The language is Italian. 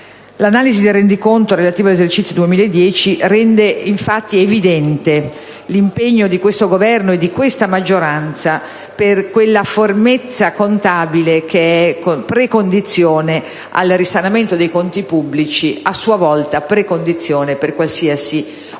L'analisi del rendiconto relativo all'esercizio 2010 rende infatti evidente l'impegno di questo Governo e di questa maggioranza per quella fermezza contabile che è precondizione per il risanamento dei conti pubblici, a sua volta precondizione per qualsiasi opera